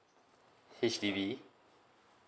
H_D_B